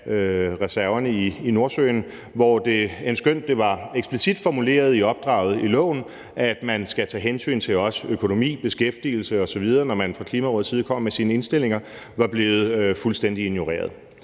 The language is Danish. reserverne i Nordsøen, hvor det, der eksplicit var formuleret i opdraget i loven, om, at man også skulle tage hensyn til økonomi, beskæftigelse osv., når man fra Klimarådets side kom med sine indstillinger, var blevet fuldstændig ignoreret.